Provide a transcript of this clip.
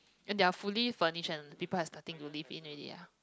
and they're fully furnished and people are starting to live in already ah